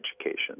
education